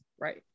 right